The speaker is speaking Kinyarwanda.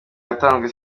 yatanzwe